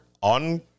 on